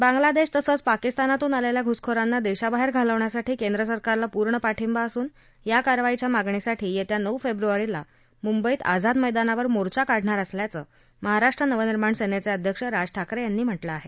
बांग्लादेश तसंच पाकिस्तानातून आलेल्या घूसखोरांना देशाबाहेर घालवण्यासाठी केंद्र सरकारला पूर्ण पाठिंबा असून या कारवाईच्या मागणीसाठी येत्या नऊ फेब्रुवारीला मुंबईत आझाद मैदानावर मोर्चा काढणार असल्याचं महाराष्ट्र नवनिर्माण सेनेचे अध्यक्ष राज ठाकरे यांनी म्हटलं आहे